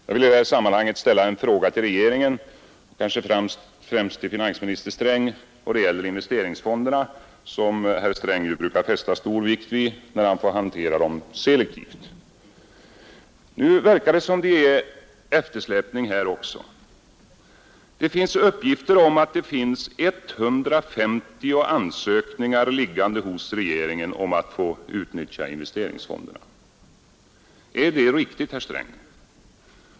Jag vill i detta sammanhang ställa en fråga till regeringen, och kanske främst till finansminister Sträng, angående investeringsfonderna som herr Sträng brukar fästa stor vikt vid när han får hantera dem selektivt. Nu tycks det vara en eftersläpning även här. Det finns uppgifter om att 150 ansökningar om att få utnyttja investeringsfonderna ligger hos regeringen. Är det riktigt, herr Sträng?